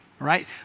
Right